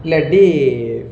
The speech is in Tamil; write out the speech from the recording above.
இல்லாட்டி